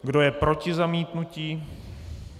Kdo je proti zamítnutí?